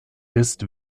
ist